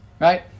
right